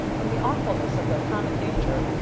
in the awfulness of their common danger,